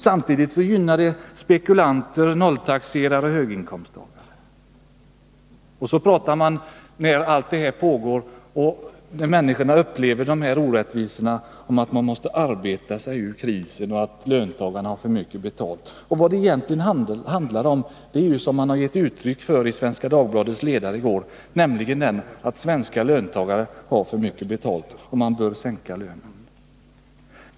Samtidigt gynnar den spekulanter, nolltaxerare och höginkomsttagare. Samtidigt som människor upplever dessa orättvisor, pratar de borgerliga om att man måste arbeta sig ur krisen och att löntagarna har för mycket betalt. Vad det egentligen handlar om är — vilket man gav uttryck för i Svenska Dagbladets ledare i går — att man anser att löntagarnas löner bör sänkas.